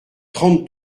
trente